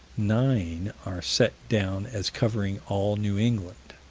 nine are set down as covering all new england.